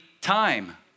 time